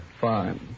Fine